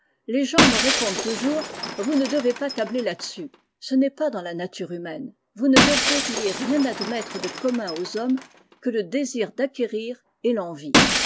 les gens me répondent toujours vous ne devez pas tabler là-dessus ce n'est pas dans la nature humaine vous ne devriez rien admettre de commun aux hommes que le désir d'acquérir et l'envie